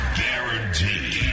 guaranteed